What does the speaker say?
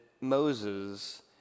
Moses